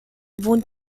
wohnte